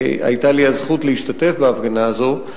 היתה לי הזכות להשתתף בהפגנה הזאת.